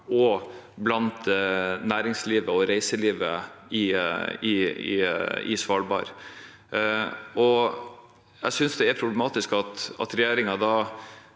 og blant næringslivet og reiselivet på Svalbard. Jeg synes det er problematisk at regjeringen da